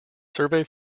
survey